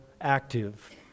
active